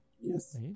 Yes